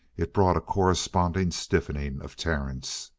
it brought a corresponding stiffening of terence.